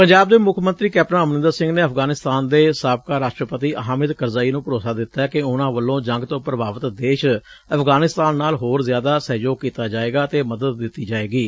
ਪੰਜਾਬ ਦੇ ਮੁੱਖ ਮੰਤਰੀ ਕੈਪਟਨ ਅਮਰਿੰਦਰ ਸਿੰਘ ਨੇ ਅਫਗਾਨਿਸਤਾਨ ਦੇ ਸਾਬਕਾ ਰਾਸ਼ਟਰਪਤੀ ਹਾਮਿਦ ਕਰਜ਼ੋਈ ਨੂੰ ਭਰੋਸਾ ਦਿੱਤੈ ਕਿ ਉਨੂੰ ਵੱਲੋਂ ਜੰਗ ਤੋਂ ਪ੍ਰਭਾਵਿਤ ਦੇਸ਼ ਅਫਗਾਨਿਸਤਾਨ ਨਾਲ ਹੋਰ ਜ਼ਿਆਦਾ ਸਹਿਯੋਗ ਕੀਤਾ ਜਾਏਗਾ ਅਤੇ ਮਦਦ ਦਿੱਤੀ ਜਾਏਗੀ